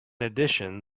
addition